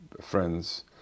friends